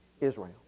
Israel